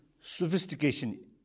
sophistication